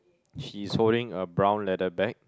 he's holding a brown leather bag